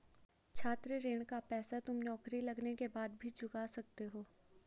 छात्र ऋण का पैसा तुम नौकरी लगने के बाद भी चुका सकते हो